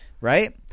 Right